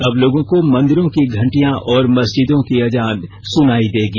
अब लोगों को मंदिरों की घंटियां और मस्जिदों की अजान सुनाई देगी